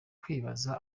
kwibaza